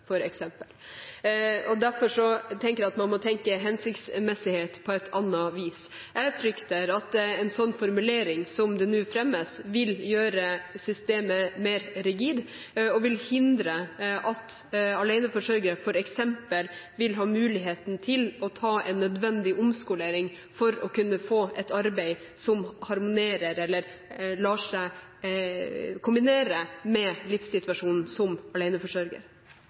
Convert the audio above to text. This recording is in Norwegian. langtransportsjåfør, f.eks. Derfor må man tenke hensiktsmessighet på et annet vis. Jeg frykter at en sånn formulering som nå foreslås, vil gjøre systemet mer rigid og vil hindre at aleneforsørgere f.eks. vil ha mulighet til å ta en nødvendig omskolering for å kunne få et arbeid som lar seg kombinere med livssituasjonen som